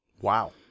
Wow